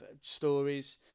stories